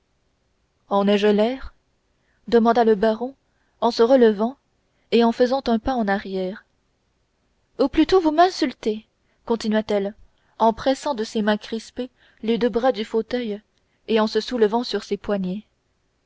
demanda le baron en se relevant et en faisant un pas en arrière ou plutôt vous m'insultez continua-t-elle en pressant de ses mains crispées les deux bras du fauteuil et en se soulevant sur ses poignets